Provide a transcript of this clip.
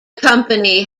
company